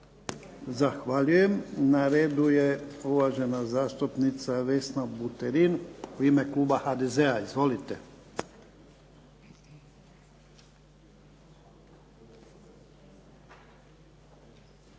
Zahvaljujem. Na redu je uvažena zastupnica Vesna Buterin u ime Kluba HDZ-a. Izvolite.